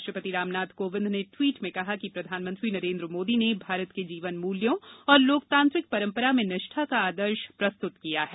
राष्ट्रपति रामनाथ कोविंद ने ट्वीट में कहा कि प्रधानमंत्री नरेंद्र मोदी ने भारत के जीवन मूल्यों और लोकतांत्रिक परंपरा में निष्ठा का आदर्श प्रस्तुत किया है